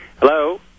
Hello